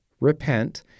repent